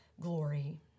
glory